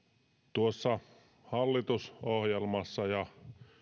tuossa hallitusohjelmassa ja